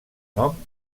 nom